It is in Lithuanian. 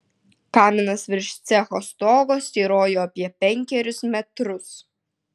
kaminas virš cecho stogo styrojo apie penkerius metrus